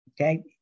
Okay